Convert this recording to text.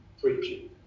preaching